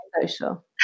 social